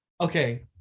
Okay